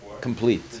complete